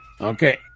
Okay